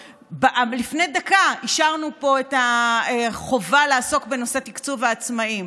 לפני דקה אישרנו פה את החובה לעסוק בנושא תקצוב העצמאים.